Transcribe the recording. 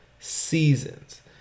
Seasons